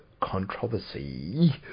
controversy